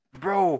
bro